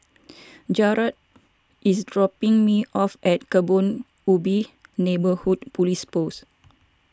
Jarad is dropping me off at Kebun Ubi Neighbourhood Police Post